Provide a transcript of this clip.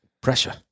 Pressure